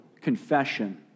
confession